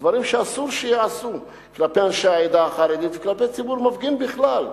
דברים שאסור שייעשו כלפי אנשי העדה החרדית וכלפי ציבור מפגין בכלל.